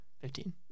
Fifteen